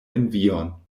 envion